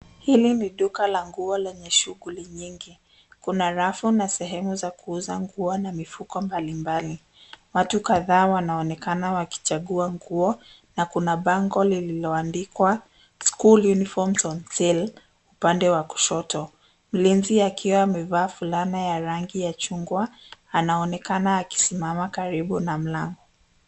Hili ni duka la nguo lenye shughuli nyingi. Kuna rafu na sehemu za kuuza nguo na mifuko mbalimbali. Watu kadhaa wanaonekana wakichagua nguo na kuna bango lililoandikwa School Uniforms On Sale upande wa kushoto. Mlinzi akiwa amevaa fulana ya rangi ya chungwa, anaonekana akisimama karibu na mlango.